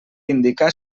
indicar